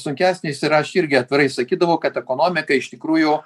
sunkesnis ir aš irgi atvirai sakydavau kad ekonomika iš tikrųjų